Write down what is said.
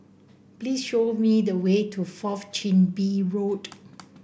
please show me the way to Fourth Chin Bee Road